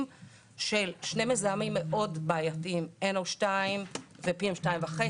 של שני מזהמים מאוד בעייתיים: NO2 ו-PM2.5.